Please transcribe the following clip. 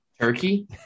Turkey